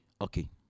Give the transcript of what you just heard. Okay